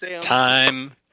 time